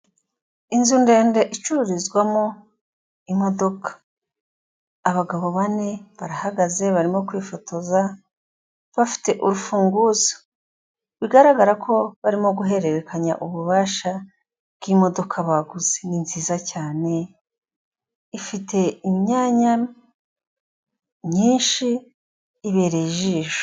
Inzu ndende icururizwamo imodoka. Abagabo bane barahagaze barimo kwifotoza bafite urufunguzo. Bigaragara ko barimo guhererekanya ububasha bw'imodoka baguze ni nziza cyane, ifite imyanya myinshi, ibereye ijisho.